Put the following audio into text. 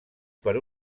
per